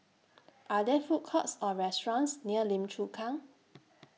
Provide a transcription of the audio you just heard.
Are There Food Courts Or restaurants near Lim Chu Kang